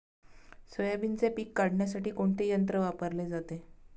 सोयाबीनचे पीक काढण्यासाठी कोणते यंत्र वापरले जाते?